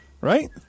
right